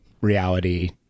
reality